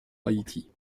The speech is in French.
haïti